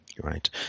Right